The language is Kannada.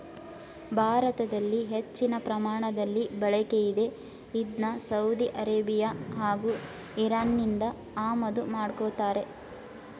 ಭಾರತದಲ್ಲಿ ಹೆಚ್ಚಿನ ಪ್ರಮಾಣದಲ್ಲಿ ಬಳಕೆಯಿದೆ ಇದ್ನ ಸೌದಿ ಅರೇಬಿಯಾ ಹಾಗೂ ಇರಾನ್ನಿಂದ ಆಮದು ಮಾಡ್ಕೋತಾರೆ